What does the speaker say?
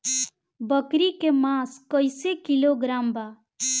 बकरी के मांस कईसे किलोग्राम बा?